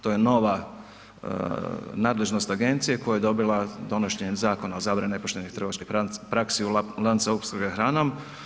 To je nova nadležnost agencije koju je dobila donošenjem Zakona o zabrani nepoštenih trgovačkih praksi u lancu opskrbe hranom.